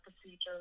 procedures